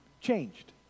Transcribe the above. changed